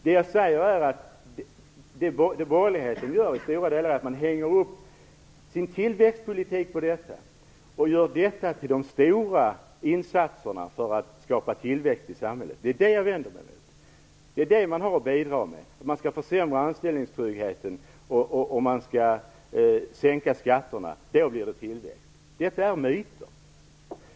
Det jag säger är att borgerligheten i stora delar hänger upp sin tillväxtpolitik på detta och gör detta till de stora insatserna för att skapa tillväxt i samhället. Det är det jag vänder mig emot. Det är detta man har att bidra med. Man skall försämra anställningstryggheten och man skall sänka skatterna, då blir det tillväxt. Detta är myter.